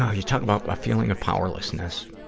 ah you talk about a feeling of powerlessness.